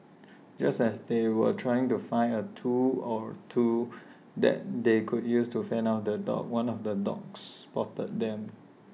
just as they were trying to find A tool or two that they could use to fend off the dogs one of the dogs spotted them